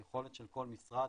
היכולת של כל משרד,